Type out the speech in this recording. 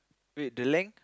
wait the length